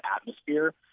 atmosphere